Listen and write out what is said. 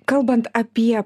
kalbant apie